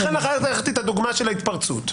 לכן לקחתי את הדוגמה של ההתפרצות.